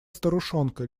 старушонка